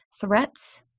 threats